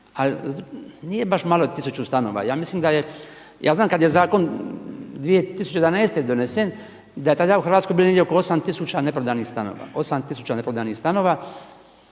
Ali nije baš malo 1000 stanova. Ja mislim da je, ja znam kad je zakon 2011. donesen da je tada u Hrvatskoj bilo negdje oko 8000 neprodanih stanova, 8000 neprodanih stanova.